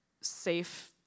safe